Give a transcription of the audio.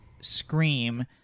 scream